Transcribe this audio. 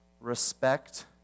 respect